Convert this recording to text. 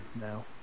now